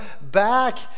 back